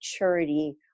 maturity